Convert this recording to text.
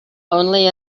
only